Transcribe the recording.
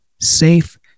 safe